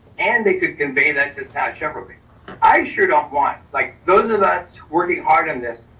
and they could convey that to attach jeopardy. i should offline like those of us working hard on this,